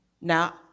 now